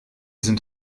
sind